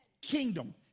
Kingdom